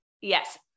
Yes